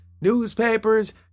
newspapers